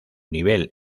nivel